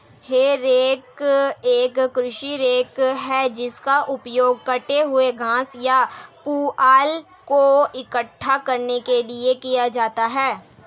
हे rake एक कृषि rake है जिसका उपयोग कटे हुए घास या पुआल को इकट्ठा करने के लिए किया जाता है